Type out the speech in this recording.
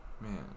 Man